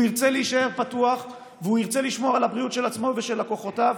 הוא ירצה להישאר פתוח והוא ירצה לשמור על הבריאות של עצמו ושל לקוחותיו.